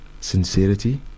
Sincerity